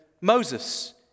Moses